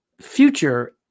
future